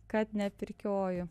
kad nepirkioju